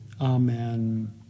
Amen